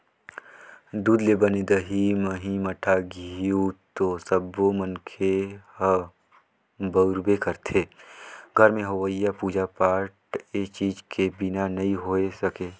दूद ले बने दही, मही, मठा, घींव तो सब्बो मनखे ह बउरबे करथे, घर में होवईया पूजा पाठ ए चीज के बिना नइ हो सके